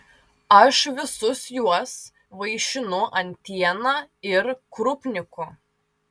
aš visus juos vaišinu antiena ir krupniku